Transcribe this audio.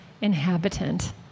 inhabitant